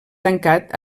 tancat